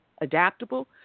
adaptable